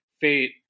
fate